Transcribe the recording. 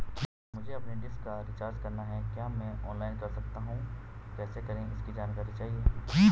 मुझे अपनी डिश का रिचार्ज करना है क्या मैं ऑनलाइन कर सकता हूँ कैसे करें इसकी जानकारी चाहिए?